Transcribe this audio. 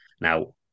now